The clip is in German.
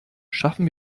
schaffen